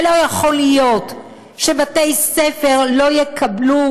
ולא יכול להיות שבתי-ספר לא יקבלו